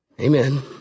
Amen